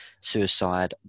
suicide